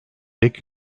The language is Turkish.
tek